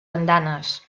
andanes